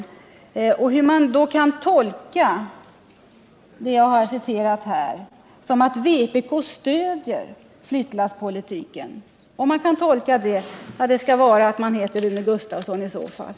Hur kan man då tolka vad jag har citerat här på så sätt att vpk skulle stödja flyttlasspolitiken? — Det skall väl vara därför att man heter Rune Gustavsson i så fall.